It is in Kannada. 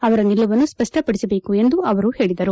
ಅವರ ನಿಲುವನ್ನು ಸ್ಪಷ್ಪಡಿಸಬೇಕು ಎಂದು ಅವರು ಹೇಳಿದರು